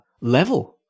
level